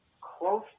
close